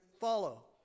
follow